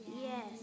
Yes